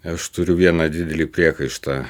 aš turiu vieną didelį priekaištą